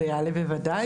זה יעלה בוודאי,